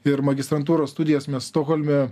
ir magistrantūros studijas mes stokholme